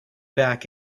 back